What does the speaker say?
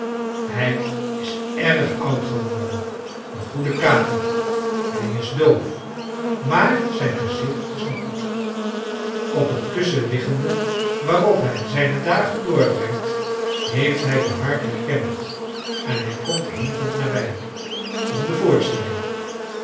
hij is erg oud geworden de goede capi hij is doof maar zijn gezicht is nog goed op het kussen liggende waarop hij zijne dagen doorbrengt heeft hij de harp herkend en hij komt hinkend naderbij om de voorstelling